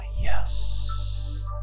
yes